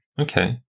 okay